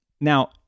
now